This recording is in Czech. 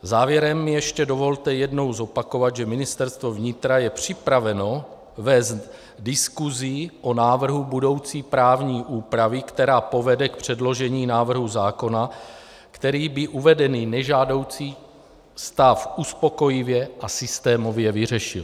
Závěrem mi ještě dovolte jednou zopakovat, že Ministerstvo vnitra je připraveno vést diskusi o návrhu budoucí právní úpravy, která povede k předložení návrhu zákona, který by uvedený nežádoucí stav uspokojivě a systémově vyřešil.